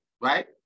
right